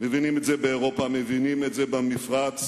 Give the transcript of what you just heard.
מבינים את זה באירופה, מבינים את זה במפרץ,